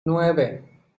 nueve